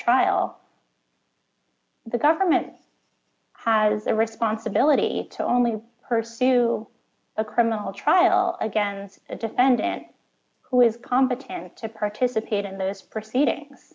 trial the government has the responsibility to only person to a criminal trial against a defendant who is competent to participate in those proceedings